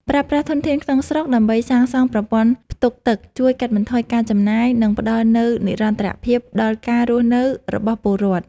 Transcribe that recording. ប្រើប្រាស់ធនធានក្នុងស្រុកដើម្បីសាងសង់ប្រព័ន្ធផ្ទុកទឹកជួយកាត់បន្ថយការចំណាយ និងផ្តល់នូវនិរន្តរភាពដល់ការរស់នៅរបស់ពលរដ្ឋ។